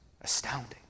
astounding